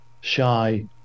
shy